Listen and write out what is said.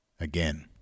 Again